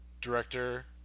director